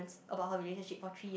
about her relationship for three years